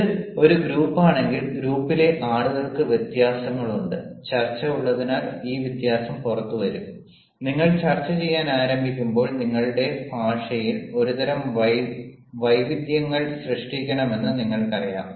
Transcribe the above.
ഇത് ഒരു ഗ്രൂപ്പാണെങ്കിൽ ഗ്രൂപ്പിലെ ആളുകൾക്ക് വ്യത്യാസങ്ങളുണ്ട് ചർച്ച ഉള്ളതിനാൽ ഈ വ്യത്യാസം പുറത്തുവരും നിങ്ങൾ ചർച്ചചെയ്യാൻ ആരംഭിക്കുമ്പോൾ നിങ്ങളുടെ ഭാഷയിൽ ഒരുതരം വൈവിധ്യങ്ങൾ സൃഷ്ടിക്കണമെന്ന് നിങ്ങൾക്കറിയാം